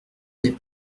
n’est